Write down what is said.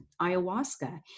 ayahuasca